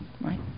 Right